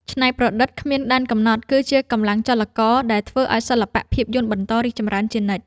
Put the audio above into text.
ច្នៃប្រឌិតគ្មានដែនកំណត់គឺជាកម្លាំងចលករដែលធ្វើឱ្យសិល្បៈភាពយន្តបន្តរីកចម្រើនជានិច្ច។